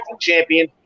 Champion